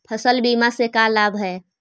फसल बीमा से का लाभ है?